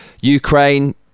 Ukraine